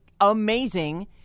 amazing